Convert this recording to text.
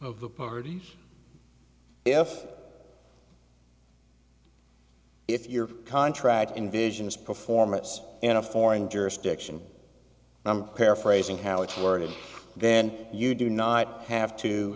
of the party if if your contract envisions performance in a foreign jurisdiction i'm paraphrasing how it's worded then you do not have to